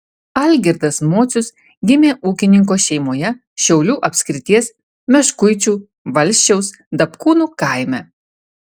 algirdas mocius gimė ūkininko šeimoje šiaulių apskrities meškuičių valsčiaus dapkūnų kaime